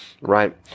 right